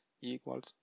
equals